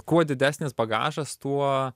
kuo didesnis bagažas tuo